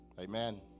Amen